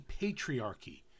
patriarchy